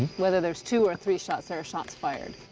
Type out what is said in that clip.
whether there's two or three shots, there are shots fired.